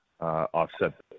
offset